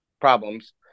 problems